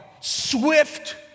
swift